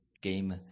Game